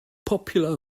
popular